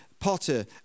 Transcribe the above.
potter